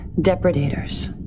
depredators